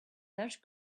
lush